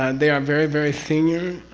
and they are very very senior